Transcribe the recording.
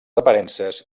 aparences